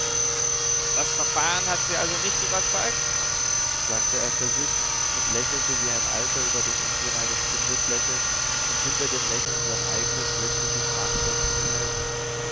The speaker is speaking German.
das verfahren hat sie also nicht überzeugt sagte er für sich und lächelte wie ein alter über den unsinn eines kindes lächelt und hinter dem lächeln sein eigenes wirkliches nachdenken behält